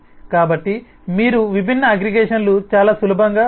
కాబట్టి మీరు విభిన్న అగ్రిగేషన్లను చాలా సులభంగా వర్ణించగలుగుతారు